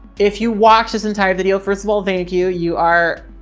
if you watch this entire video, first of all, thank you. you are,